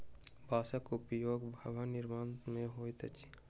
बांसक उपयोग भवन निर्माण मे होइत अछि